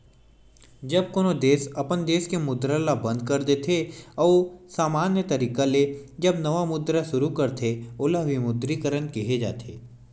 जब कोनो देस अपन देस के मुद्रा ल बंद कर देथे अउ समान्य तरिका ले जब नवा मुद्रा सुरू करथे ओला विमुद्रीकरन केहे जाथे